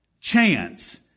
chance